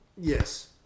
Yes